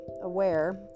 aware